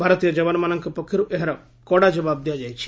ଭାରତୀୟ ଯବାନମାନଙ୍କ ପକ୍ଷରୁ ଏହାର କଡା ଜବାବ ଦିଆଯାଇଛି